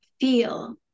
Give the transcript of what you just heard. feel